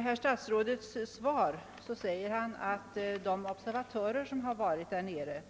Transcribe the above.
Utrikesministern säger i sitt svar att de observatörer som varit i de aktuella